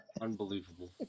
Unbelievable